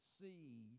see